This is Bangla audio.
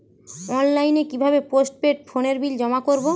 অনলাইনে কি ভাবে পোস্টপেড ফোনের বিল জমা করব?